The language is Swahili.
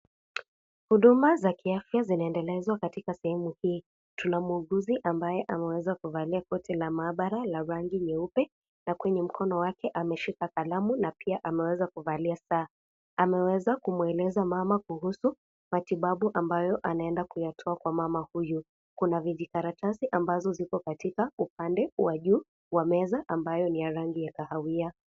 Huduma za kiafya zinaendelezwa katika sehemu hii, tuna muuguzi ambaye ameweza kuvalia koti la maabara ya rangi nyeupe na kwenye mkono wake ameshika kalamu na pia ameweza kuvalia saa , ameweza kumueleza mama kuhusu matibabu ambayo anaenda kuyatoa kwa mama huyu kuna vijikaratasi ambazo ziko katika upande wa juu wa meza ambayo ni ya rangi ya kahawia,